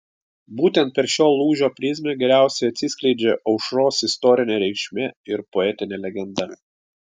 būtent per šio lūžio prizmę geriausiai atsiskleidžia aušros istorinė reikšmė ir poetinė legenda